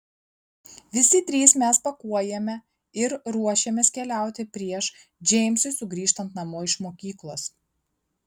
visi trys mes pakuojame ir ruošiamės keliauti prieš džeimsui sugrįžtant namo iš mokyklos